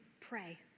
pray